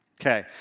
Okay